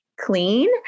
clean